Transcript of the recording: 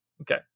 Okay